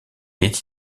est